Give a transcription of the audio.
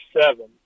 seven